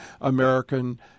American